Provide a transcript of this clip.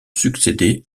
succédé